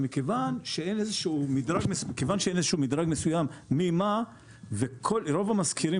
מכיוון שאין איזה שהוא מדרג מסוים רוב המשכירים